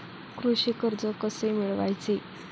कृषी कर्ज कसे मिळवायचे?